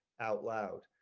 out loud